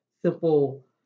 simple